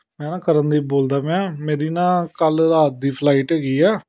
ਮੈਂ ਨਾ ਕਰਨਦੀਪ ਬੋਲਦਾ ਪਿਆ ਮੇਰੀ ਨਾ ਕੱਲ੍ਹ ਰਾਤ ਦੀ ਫਲਾਈਟ ਹੈਗੀ ਆ